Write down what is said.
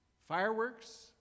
Fireworks